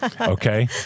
Okay